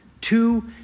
Two